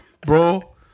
bro